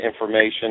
information